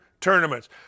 tournaments